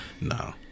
No